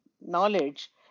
knowledge